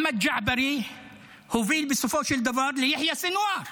אחמד ג'עברי הוביל בסופו של דבר ליחיא סנוואר.